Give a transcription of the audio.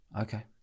Okay